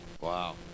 Wow